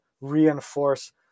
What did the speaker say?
reinforce